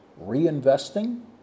reinvesting